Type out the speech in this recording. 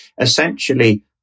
essentially